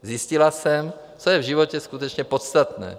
Zjistila jsem, co je v životě skutečně podstatné.